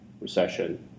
recession